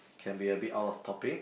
can be a bit out of topic